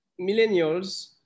millennials